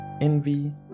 envy